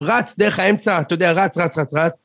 רץ דרך האמצע, אתה יודע, רץ, רץ, רץ, רץ.